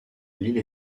l’île